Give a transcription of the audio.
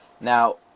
Now